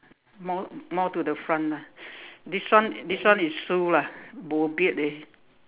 more more to the front ah this one this one is Sue lah bo beard eh